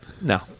No